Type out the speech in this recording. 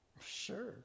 Sure